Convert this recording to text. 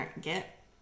get